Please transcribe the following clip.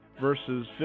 verses